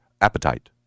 appetite